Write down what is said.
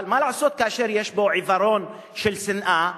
אבל מה לעשות כאשר יש פה עיוורון של שנאה?